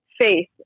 faith